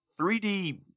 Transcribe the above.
3D